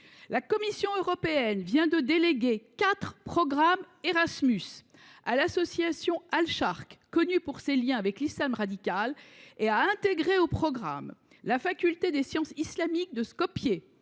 La Commission européenne vient de déléguer quatre programmes Erasmus à l’association Al Sharq, connue pour ses liens avec l’islam radical, et a intégré au programme la faculté des sciences islamiques de Skopje